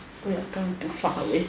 we are done to fuck away